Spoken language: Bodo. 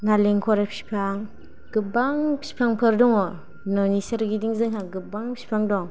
नालेंखर फिफां गोबां फिफां फोर दङ न'नि सोरगिदिं जोंहा गोबां फिफां दङ